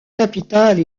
capitale